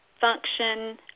function